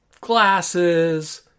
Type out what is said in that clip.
Glasses